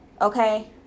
okay